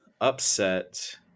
upset